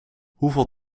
hoeveel